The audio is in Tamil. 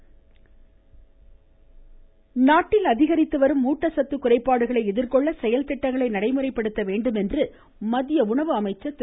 போஷன் அபியான் நாட்டில் அதிகரித்து வரும் ஊட்டச்சத்து குறைபாடுகளை எதிர்கொள்ள செயல்திட்டங்களை நடைமுறைப்படுத்த வேண்டும் என்று மத்திய உணவு அமைச்சர் திரு